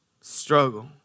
struggle